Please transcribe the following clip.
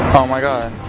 oh my god.